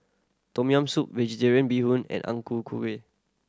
Tom Yam Soup Vegetarian Bee Hoon and Ang Ku Kueh